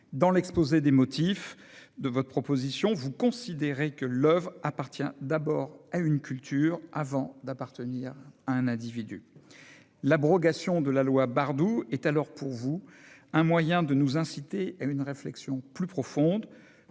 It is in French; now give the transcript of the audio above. Dans l'exposé des motifs de votre proposition de loi, vous considérez que l'oeuvre appartient d'abord à une culture avant d'appartenir à un individu. L'abrogation de la loi Bardoux est alors pour vous un moyen de nous inciter à une réflexion plus profonde.